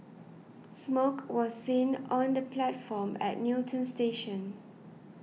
smoke was seen on the platform at Newton station